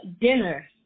dinner